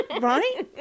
Right